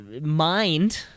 mind